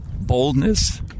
Boldness